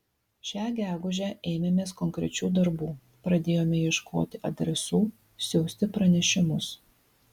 šią gegužę ėmėmės konkrečių darbų pradėjome ieškoti adresų siųsti pranešimus